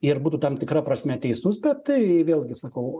ir būtų tam tikra prasme teisus bet tai vėlgi sakau